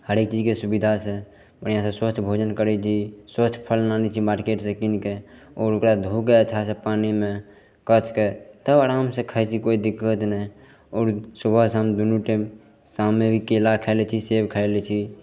हरेक चीजके सुविधासे बढ़िआँसे स्वच्छ भोजन करै छी स्वच्छ फल लानै छी मार्केटसे किनिके आओर ओकरा धोके अच्छासे पानिमे कसिके तब आरामसे खाइ छी कोइ दिक्कत नहि आओर सुबह शाम दुनू टाइम शाममे भी केला खै लै छी सेब खै लै छी